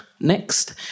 next